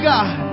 God